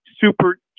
super